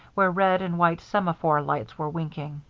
where red and white semaphore lights were winking.